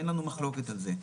אין לנו מחלוקת על זה.